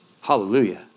Hallelujah